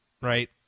Right